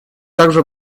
также